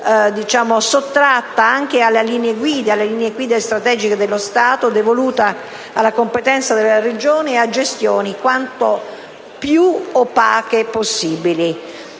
sottratta anche alle linee guida strategiche dello Stato, devoluta alla competenza delle Regioni e a gestioni quanto più opache possibile.